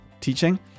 teaching